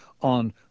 on